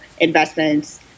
investments